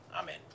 Amen